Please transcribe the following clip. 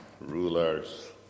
rulers